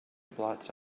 blots